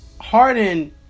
Harden